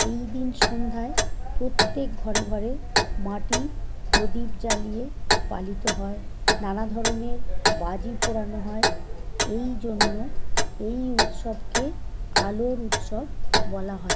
এই দিন সন্ধ্যায় প্রত্যেক ঘরে ঘরে মাটির প্রদীপ জ্বালিয়ে পালিত হয় নানা ধরনের বাজি পোড়ানো হয় এই জন্য এই উৎসবকে আলোর উৎসব বলা হয়